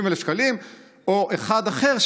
או אחד אחר,